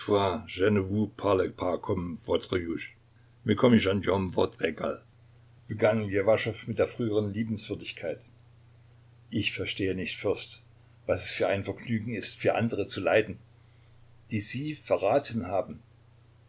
begann ljewaschow mit der früheren liebenswürdigkeit ich verstehe nicht fürst was es für ein vergnügen ist für andere zu leiden die sie verraten haben